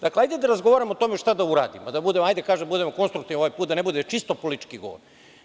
Dakle, hajde da razgovaramo o tome šta da uradimo, da budemo konstruktivni ovaj put, da ne bude čisto politički govor.